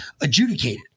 adjudicated